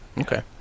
okay